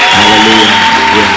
Hallelujah